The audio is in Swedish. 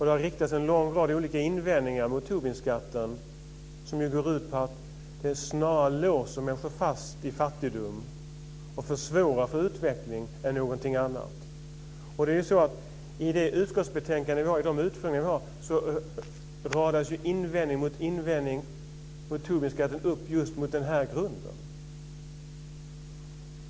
Det har riktats en lång rad olika invändningar mot Tobinskatten som går ut på att den snarare låser människor fast i fattigdom och försvårar utvecklingen. I utskottsbetänkandet och vid utfrågningen radas invändning efter invändning mot Tobinskatten upp just på den här grunden.